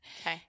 Okay